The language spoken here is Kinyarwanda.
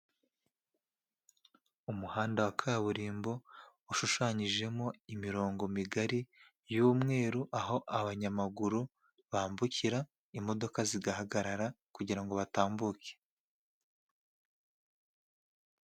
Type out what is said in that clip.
umuhanda wa kaburimbo ushushanyijemo imirongo migari y'umweru; aho abanyamaguru bambukira; imodoka zigahagarara kugira ngo batambuke.